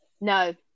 No